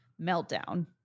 meltdown